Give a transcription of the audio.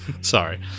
Sorry